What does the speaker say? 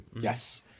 yes